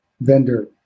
vendor